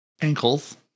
Ankles